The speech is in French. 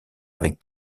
avec